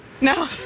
No